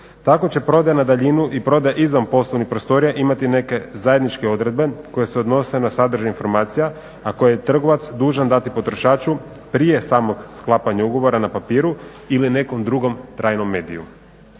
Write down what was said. Tako će prodaja na daljinu i prodaja izvan poslovnih prostorija imati neke zajedničke odredbe koje se odnose na sadržaj informacija a koje je trgovac dužan dati potrošaču prije samog sklapanja ugovora na papiru ili nekom drugom trajnom mediju.